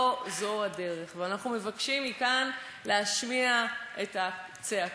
לא זו הדרך, ואנחנו מבקשים מכאן להשמיע את הצעקה.